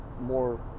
more